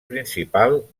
principal